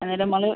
അന്നേരം നമ്മൾ